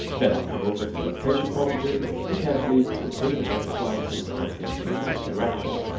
then i'll come over to the rotation property and carefully rotate the butterflies so it's pointing in the right direction.